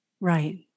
Right